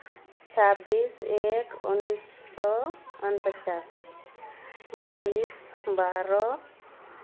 ᱪᱷᱟᱵᱽᱵᱤᱥ ᱮᱠ ᱩᱱᱤᱥᱥᱚ ᱩᱱᱩᱯᱚᱪᱟᱥ ᱵᱟᱭᱤᱥ ᱵᱟᱨᱚ